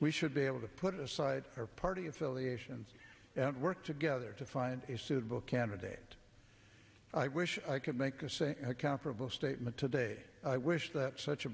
we should be able to put aside our party affiliations and work together to find a suitable candidate i wish i could make the same comparable statement today i wish that such a